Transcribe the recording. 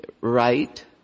right